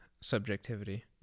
subjectivity